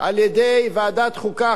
על-ידי ועדת חוקה,